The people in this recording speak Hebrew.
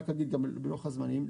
גם בלוח הזמנים,